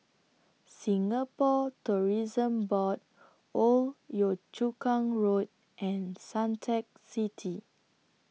Singapore Tourism Board Old Yio Chu Kang Road and Suntec City